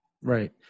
Right